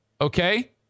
okay